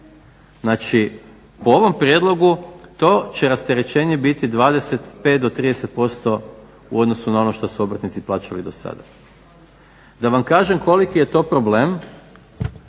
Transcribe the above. Znači, po ovom prijedlogu to će rasterećenje biti 25 do 30% u odnosu na ono što su obrtnici plaćali do sada. Da vam kažem koliki je to problem